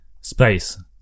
Space